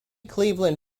cleveland